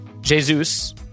Jesus